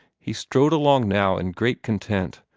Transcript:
he strode along now in great content,